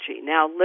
Now